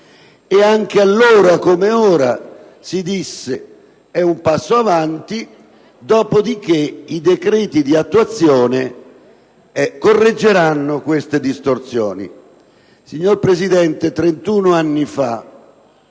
E anche allora, come oggi, si disse che era un passo in avanti, dopodiché i decreti di attuazione avrebbero corretto queste distorsioni. Signor Presidente, 31 anni fa